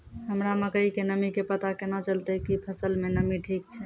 हमरा मकई के नमी के पता केना चलतै कि फसल मे नमी ठीक छै?